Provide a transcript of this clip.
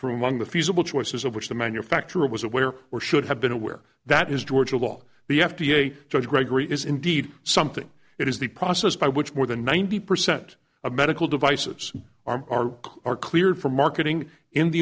among the feasible choices of which the manufacturer was aware or should have been aware that is georgia law the f d a judge gregory is indeed something it is the process by which more than ninety percent of medical devices are are cleared for marketing in the